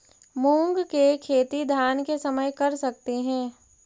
मुंग के खेती धान के समय कर सकती हे?